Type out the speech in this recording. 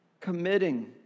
committing